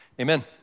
amen